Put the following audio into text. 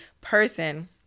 person